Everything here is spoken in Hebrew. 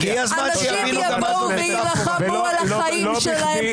אנשים יבואו ויילחמו על החיים שלהם.